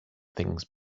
things